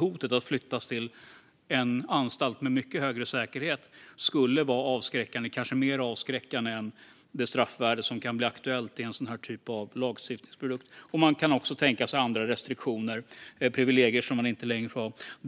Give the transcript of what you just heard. Hotet att flyttas till en anstalt med mycket högre säkerhet skulle kanske vara mer avskräckande än det straffvärde som kan bli aktuellt i en sådan här typ av lagstiftningsprodukt. Man kan också tänka sig andra restriktioner när det gäller privilegier som man inte längre får ha.